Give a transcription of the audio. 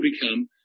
become